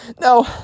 no